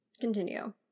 continue